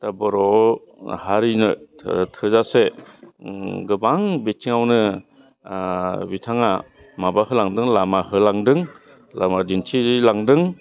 दा बर' हारिनो थोजासे गोबां बिथिङावनो बिथाङा माबाखो लांदों लामा होलांदों लामा दिन्थिलांदों